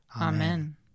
Amen